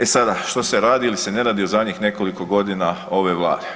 E sada, što se radi ili se ne radi u zadnjih nekoliko godina ove Vlade.